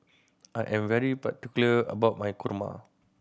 I am very particular about my kurma